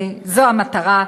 זו המטרה,